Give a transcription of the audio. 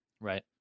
Right